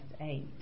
eight